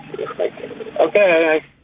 okay